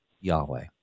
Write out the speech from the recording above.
Yahweh